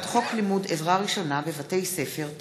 לימוד חובה (תיקון,